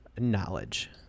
knowledge